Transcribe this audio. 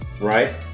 right